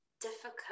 difficult